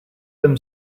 them